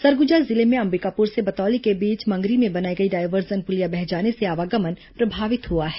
सरगुजा जिले में अंबिकापुर से बतौली के बीच मंगरी में बनाई गई डायवर्सन पुलिया के बह जाने से आवागमन प्रभावित हुआ है